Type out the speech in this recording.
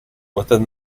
within